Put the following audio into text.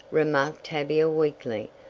remarked tavia weakly.